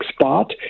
spot